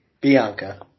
Bianca